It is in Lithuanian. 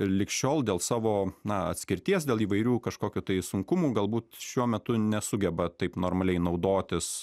lig šiol dėl savo na atskirties dėl įvairių kažkokių tai sunkumų galbūt šiuo metu nesugeba taip normaliai naudotis